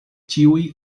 ĉiuj